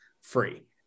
free